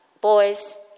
boys